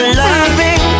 loving